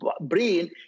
brain